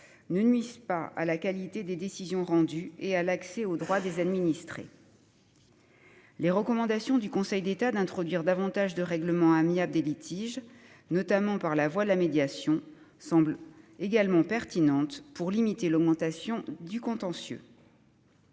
ne nuise pas à la qualité des décisions rendues et à l'accès au droit des administrés. Les recommandations du Conseil d'État- promouvoir le règlement amiable des litiges, notamment par la voie de la médiation -semblent également pertinentes pour limiter l'augmentation du contentieux.